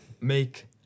make